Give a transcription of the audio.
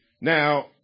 Now